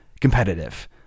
competitive